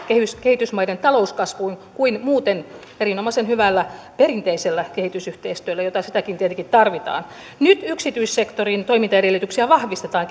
kehitysmaiden talouskasvuun kuin muuten erinomaisen hyvällä perinteisellä kehitysyhteistyöllä jota sitäkin tietenkin tarvitaan nyt yksityissektorin toimintaedellytyksiä vahvistetaan